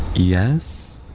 yes?